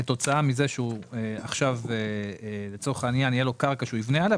כתוצאה מזה שעכשיו לצורך העניין תהיה לו קרקע שהוא יבנה עליה,